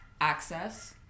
access